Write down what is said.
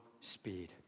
speed